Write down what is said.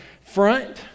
front